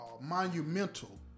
monumental